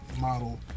model